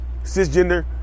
cisgender